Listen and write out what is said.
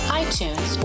iTunes